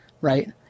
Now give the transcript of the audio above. right